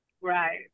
Right